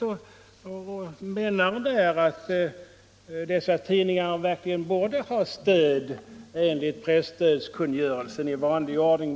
Utredningen menar att dessa tidningar verkligen borde ha stöd enligt presstödskungörelsen i vanlig ordning.